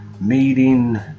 meeting